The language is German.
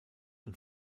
und